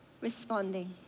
responding